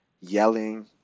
yelling